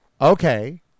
okay